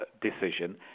decision